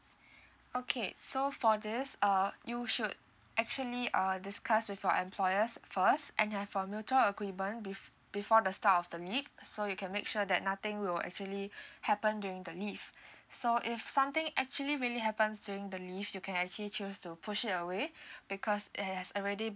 okay so for this uh you should actually uh discuss with your employers first and have a mutual agreement be~ before the start of the leave so you can make sure that nothing will actually happen during the leave so if something actually really happens during the leave you can actually choose to push it away because it has already been